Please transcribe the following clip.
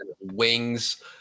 wings